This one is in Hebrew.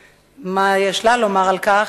מה יש לה לומר על כך.